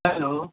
hello